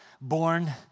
Born